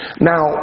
Now